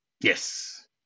Yes